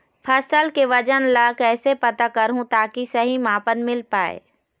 फसल के वजन ला कैसे पता करहूं ताकि सही मापन मील पाए?